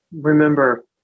Remember